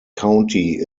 county